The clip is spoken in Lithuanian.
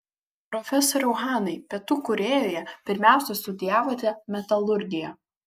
profesoriau hanai pietų korėjoje pirmiausia studijavote metalurgiją